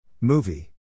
Movie